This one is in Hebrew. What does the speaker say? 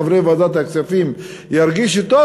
חברי ועדת הכספים ירגישו טוב,